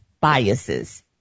Biases